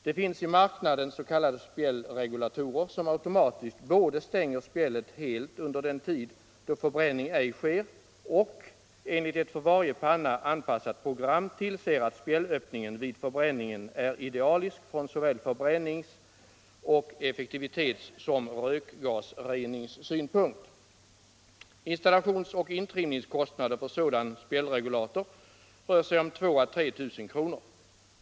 Det finns i marknaden s.k. spjällregulator som automatiskt både stänger spjället helt under tid då förbränning ej sker och enligt ett för varje panna anpassat program tillser att spjällöppningen vid förbränningen är idealisk från såväl förbränningsoch effektivitetssom rökgasreningssynpunkt. Installationsoch intrimningskostnaden för sådan spjällregulator rör sig om 2000 ä 3 000 kr.